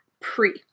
pre